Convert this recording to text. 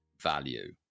value